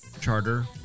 charter